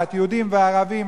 יהודים וערבים,